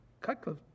Cutcliffe